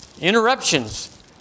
interruptions